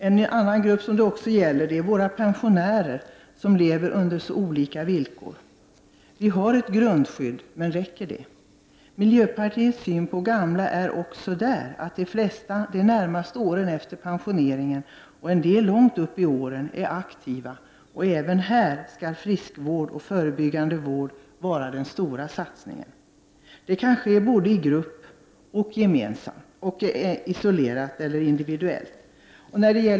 En annan grupp som det gäller är våra pensionärer, som lever under så olika villkor. Vi har ett grundskydd, men räcker det? De flesta gamla är aktiva de närmaste åren efter pensioneringen, och en del långt uppe i åren. Miljöpartiets syn på gamla är att även här skall friskvård och förebyggande vård vara den stora satsningen. Det kan ges både i grupp och individuellt.